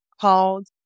called